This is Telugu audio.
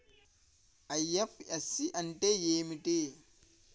ఐ.ఎఫ్.ఎస్.సి అంటే ఏమిటి?